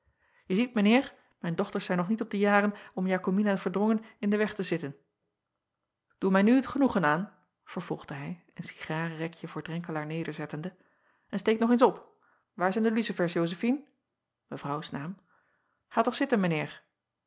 e ziet mijn eer mijn dochters zijn nog niet op de jaren om akomina erdrongen in den weg te zitten oe mij nu het genoegen aan vervolgde hij een cigarerekje voor renkelaer nederzettende en steek nog eens op waar zijn de lucifers ozefine a toch zitten